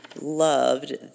loved